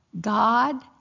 God